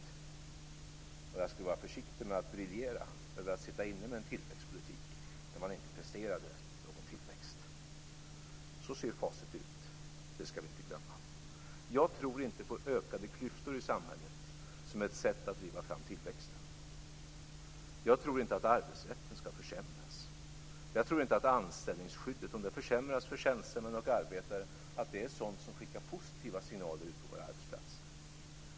Men jag skulle vara försiktig med att briljera över att sitta inne med en tillväxtpolitik när man inte presterade någon tillväxt. Så ser facit ut, det skall vi inte glömma. Jag tror inte på ökade klyftor i samhället som ett sätt att driva fram tillväxt. Jag tror inte att arbetsrätten skall försämras. Om anställningsskyddet försämras för tjänstemän och arbetare tror jag inte att det är sådant som skickar positiva signaler till våra arbetsplatser.